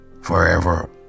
forever